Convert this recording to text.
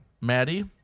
maddie